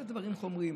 אלו דברים חומריים.